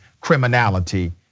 criminality